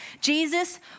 Jesus